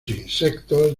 insectos